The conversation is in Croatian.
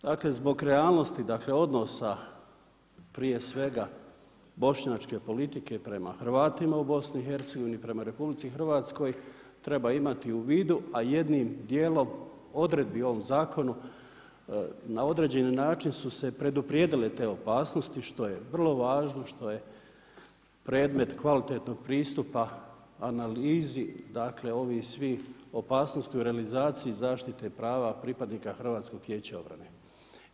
Dakle zbog realnosti dakle odnosa prije svega bošnjačke politike prema Hrvatima u BiH-a, prema RH treba imati u vidu a jednim dijelom odredbi u ovom zakonu na određeni način su se preduprijedile te opasnosti što je vrlo važno, što je predmet kvalitetnog pristupa analizi, dakle ovih svih opasnosti u realizaciji zaštite prava pripadnika HVO-a.